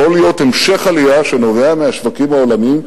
יכול להיות המשך עלייה שנובע מהשווקים העולמיים,